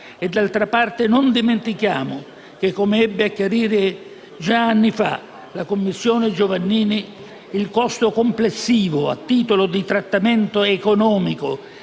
e, d'altra parte, non dimentichiamo che - come ebbe a chiarire già anni fa la Commissione Giovannini - il costo complessivo a titolo di trattamento economico